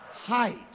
height